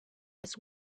his